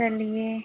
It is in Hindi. चलिए